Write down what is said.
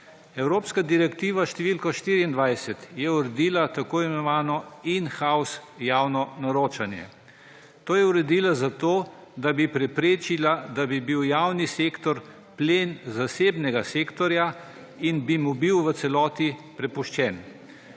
Evropska direktiva s številko 24 je uredila t. i. in-house javno naročanje. To je uredila zato, da bi preprečila, da bi bil javni sektor plen zasebnega sektorja in bi mu bil v celoti prepuščen.